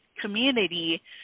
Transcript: community